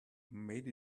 made